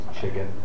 chicken